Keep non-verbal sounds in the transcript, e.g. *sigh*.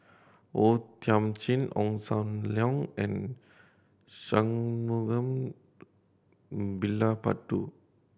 O Thiam Chin Ong Sam Leong and Shangguan *unintelligible*